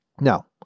Now